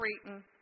Cretan